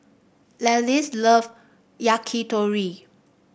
Celeste love Yakitori